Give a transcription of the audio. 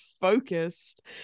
focused